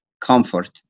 comfort